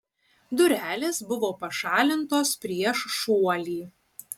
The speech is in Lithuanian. durelės buvo pašalintos prieš šuolį